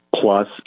plus